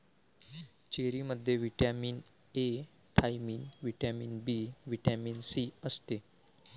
चेरीमध्ये vitamin A, thiamine, vitamin B, vitamin C असते